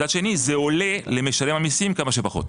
מצד שני, זה עולה למשלם המיסים כמה שפחות.